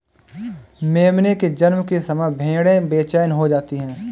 मेमने के जन्म के समय भेड़ें बेचैन हो जाती हैं